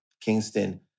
kingston